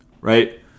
right